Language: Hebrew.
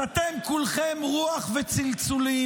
אז אתם כולכם רוח וצלצולים,